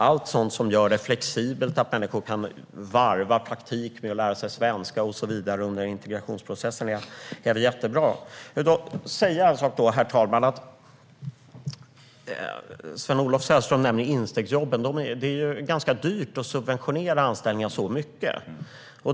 Allt som gör det flexibelt så att människor kan varva praktik med att lära sig svenska under integrationsprocessen är väl jättebra. Herr talman! Sven-Olof Sällström nämnde instegsjobben. Det är ganska dyrt att subventionera anställningar så mycket.